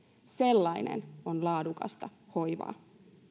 sellainen on laadukasta hoivaa